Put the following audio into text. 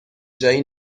جایی